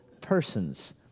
persons